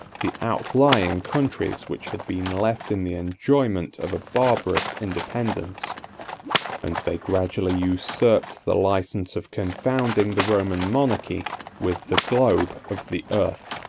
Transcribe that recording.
the outlying countries which had been left in the enjoyment of a barbarous independence and they gradually usurped the license of confounding the roman monarchy with the globe of the earth.